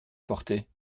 porté